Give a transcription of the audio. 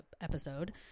episode